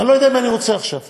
אני לא יודע אם אני רוצה, עכשיו.